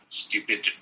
stupid